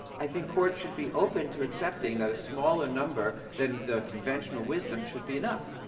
i think courts should be open to accepting that a smaller number than the conventional wisdom should be enough.